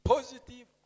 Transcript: Positive